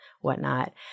whatnot